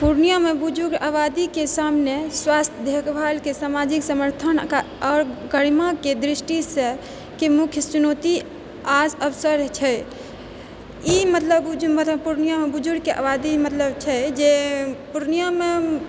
पुर्णियामे बुजुर्ग आबादीके सामने स्वास्थ्य देखभालके सामाजिक समर्थनके आओर गरिमाके दृष्टिसँ के मुख्य चुनौती आओर अवसर छै ई मतलब बुजुर्ग मतलब पुर्णियामे बुजुर्गके आबादी मतलब छै जे पुर्णियामे